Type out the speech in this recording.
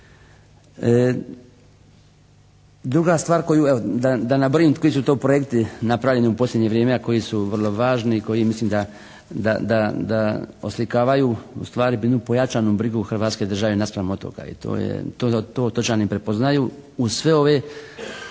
Druga stvar koju, evo da nabrojim koji su to projekti napravljeni u posljednje vrijeme, a koji su vrlo važni i koji mislim da oslikavaju ustvari jednu pojačanu brigu Hrvatske države naspram otoka. I to je, to otočani prepoznaju uz sve ove